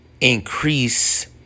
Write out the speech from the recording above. increase